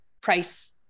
price